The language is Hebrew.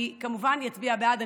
אני כמובן אצביע בעד,